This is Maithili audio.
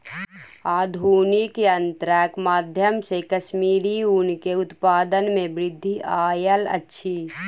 आधुनिक यंत्रक माध्यम से कश्मीरी ऊन के उत्पादन में वृद्धि आयल अछि